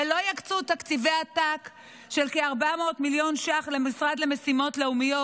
ולא יקצו תקציבי עתק של כ-400 מיליון ש"ח למשרד למשימות לאומיות,